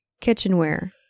kitchenware